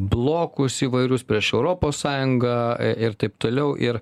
blokus įvairius prieš europos sąjungą ir taip toliau ir